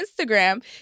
Instagram